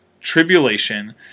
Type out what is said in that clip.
tribulation